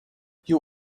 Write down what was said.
you